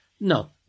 no